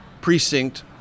precinct